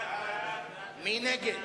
מי נגד?